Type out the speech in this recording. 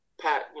pat